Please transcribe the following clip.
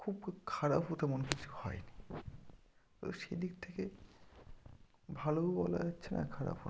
খুব খু খারাপও তেমন কিছু হয় নি তো সেদিক থেকে ভালোও বলা যাচ্ছে না খারাপও না